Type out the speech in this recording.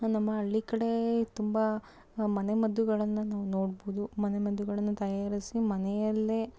ನಮ್ಮ ಹಳ್ಳಿ ಕಡೆ ತುಂಬ ಮನೆಮದ್ದುಗಳನ್ನು ನಾವು ನೋಡ್ಬೋದು ಮನೆಮದ್ದುಗಳನ್ನು ತಯಾರಿಸಿ ಮನೆಯಲ್ಲೇ